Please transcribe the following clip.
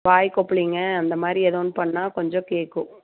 வாய் கொப்பளிங்க அந்தமாதிரி ஏதோன்னு பண்ணால் கொஞ்சம் கேட்கும்